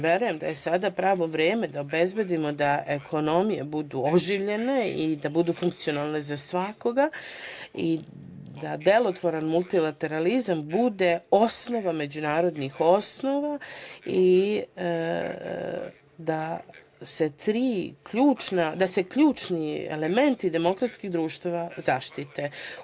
Verujem da je sada pravo vreme da obezbedimo da ekonomije budu oživljene i da budu funkcionalne za svakoga i da delotvoran multilateralizam bude osnova međunarodnih odnosa i da se ključni elementi demokratskih društava zaštite.